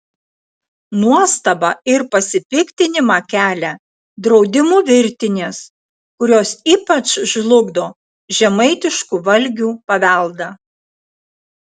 nuostabą ir pasipiktinimą kelia draudimų virtinės kurios ypač žlugdo žemaitiškų valgių paveldą